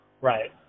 right